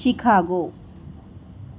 Chicago